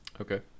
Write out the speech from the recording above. Okay